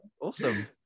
Awesome